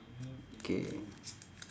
K